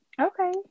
Okay